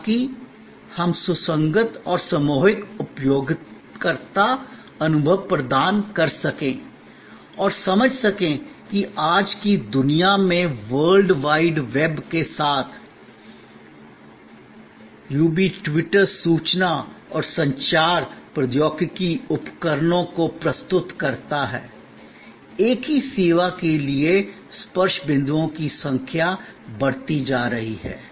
ताकि हम सुसंगत और सम्मोहक उपयोगकर्ता अनुभव प्रदान कर सकें और समझ सकें कि आज की दुनिया में वर्ल्ड वाइड वेब के साथ यूबी ट्विटर्स सूचना और संचार प्रौद्योगिकी उपकरणों को प्रस्तुत करता है एक ही सेवा के लिए स्पर्श बिंदुओं की संख्या बढ़ती जा रही है